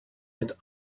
mit